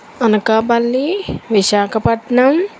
Anakapalli Visakhapatnam